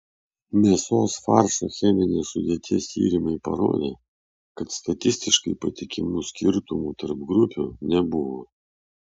mėsos faršo cheminės sudėties tyrimai parodė kad statistiškai patikimų skirtumų tarp grupių nebuvo